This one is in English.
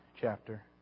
chapter